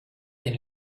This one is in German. den